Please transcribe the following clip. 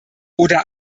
oder